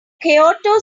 kyoto